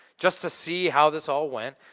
just to see how this all went.